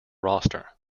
roster